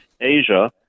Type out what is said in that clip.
Asia